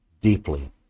deeply